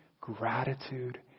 gratitude